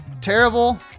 terrible